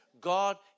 God